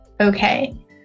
okay